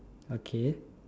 okay